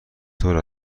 طور